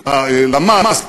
הלמ"ס,